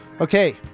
okay